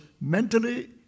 mentally